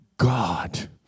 God